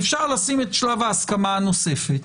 אפשר לשים את שלב ההסכמה הנוספת,